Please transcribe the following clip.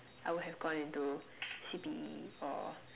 I would have gone into C_P_E or